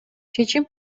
чечим